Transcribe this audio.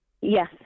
Yes